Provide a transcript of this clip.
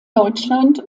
deutschland